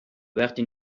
وقتی